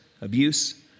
abuse